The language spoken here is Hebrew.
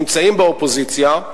נמצאים באופוזיציה,